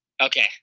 okay